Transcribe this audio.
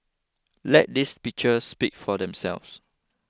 let these pictures speak for themselves